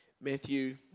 Matthew